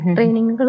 Training